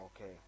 Okay